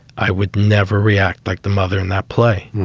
i would never react like the mother in that play.